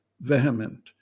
vehement